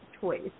choice